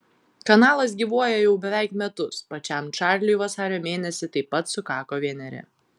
kanalas gyvuoja jau beveik metus pačiam čarliui vasario mėnesį taip pat sukako vieneri